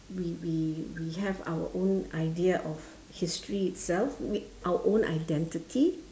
we we we have our own idea of history itself we our own identity